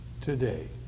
today